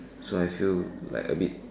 so I feel like we